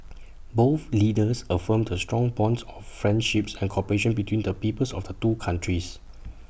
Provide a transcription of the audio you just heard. both leaders affirmed the strong bonds of friendship and cooperation between the peoples of the two countries